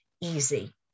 easy